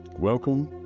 Welcome